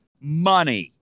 money